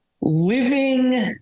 living